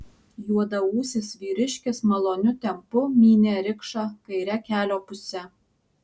juodaūsis vyriškis maloniu tempu mynė rikšą kaire kelio puse